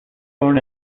born